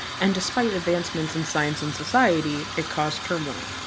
and despite advancements in science and society, it caused turmoil.